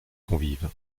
convives